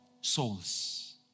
souls